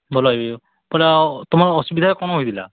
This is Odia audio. ଭଲ ହେଇଯିବ ତୁମର୍ ଅସୁବିଧା କ'ଣ ହେଇଥିଲା